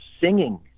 singing